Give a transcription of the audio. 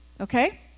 okay